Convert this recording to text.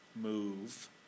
move